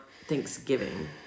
thanksgiving